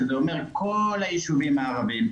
שזה אומר כל היישובים הערבים,